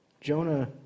Jonah